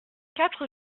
quatre